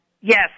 Yes